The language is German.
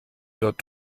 dort